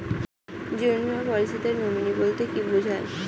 জীবন বীমা পলিসিতে নমিনি বলতে কি বুঝায়?